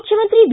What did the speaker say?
ಮುಖ್ಯಮಂತ್ರಿ ಬಿ